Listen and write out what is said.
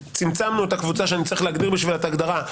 צמצמנו את הקבוצה שאני צריך להגדיר בשבילה את ההגדרה.